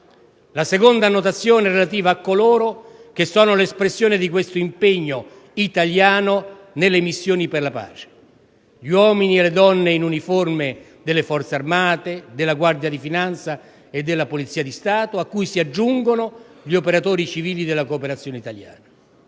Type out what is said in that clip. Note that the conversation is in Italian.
La seconda annotazione è relativa a coloro che sono l'espressione di questo impegno italiano nelle missioni per la pace: gli uomini e le donne in uniforme delle Forze armate, della Guardia di finanza e della Polizia di Stato, nonché gli operatori civili della cooperazione italiana.